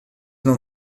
não